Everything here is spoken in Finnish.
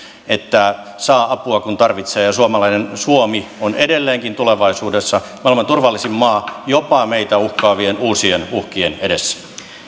että saa apua kun tarvitsee ja ja suomi on edelleenkin tulevaisuudessa maailman turvallisin maa jopa meitä uhkaavien uusien uhkien edessä